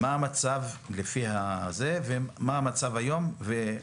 מה המצב על פי דוח המבקר ומה המצב היום?